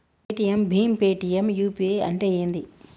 Paytm భీమ్ Paytm UPI అంటే ఏంది?